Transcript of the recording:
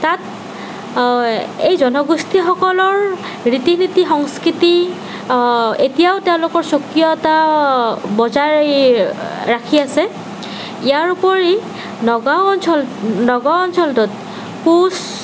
তাত এই জনগোষ্ঠীসকলৰ ৰীতি নীতি সংস্কৃতি এতিয়াও তেওঁলোকৰ স্বকীয়তা বজাই ৰাখি আছে ইয়াৰ উপৰি নগাঁও অঞ্চল নগাঁও অঞ্চলটোত কোচ